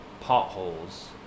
potholes